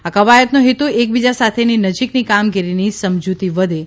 આ કવાયતનો હેતુ એકબીજા સાથેની નજીકની કામગીરીની સમજુતી વધે તે છે